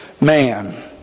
man